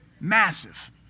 massive